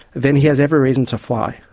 then he has every reason to fly,